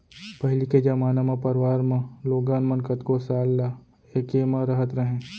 पहिली के जमाना म परवार म लोगन मन कतको साल ल एके म रहत रहें